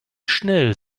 schnell